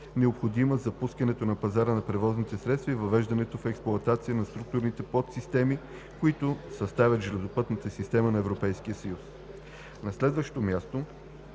необходима за пускането на пазара на превозни средства и въвеждането в експлоатация на структурните подсистеми, които съставят железопътната система на Европейския съюз.